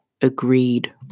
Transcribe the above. agreed